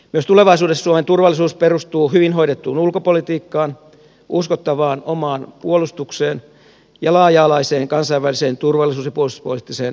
myös tulevaisuudessa suomen turvallisuus perustuu hyvin hoidettuun ulkopolitiikkaan uskottavaan omaan puolustukseen ja laaja alaiseen kansainväliseen turvallisuus ja puolustuspoliittiseen yhteistyöhön